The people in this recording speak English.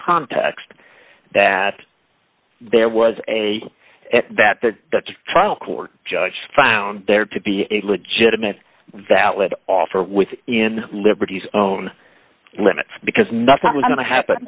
context that there was a that the trial court judge found there to be a legitimate valid offer with in liberty's own limits because nothing was going to happen